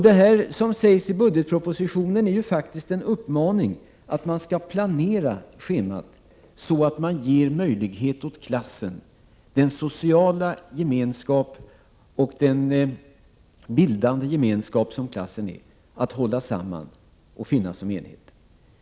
Det som sägs i budgetpropositionen är faktiskt en uppmaning om att man skall planera schemat så, att klassen — som ju är en social och bildande gemenskap — får möjlighet att utgöra en enhet.